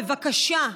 בבקשה,